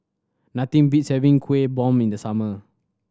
nothing beats having Kuih Bom in the summer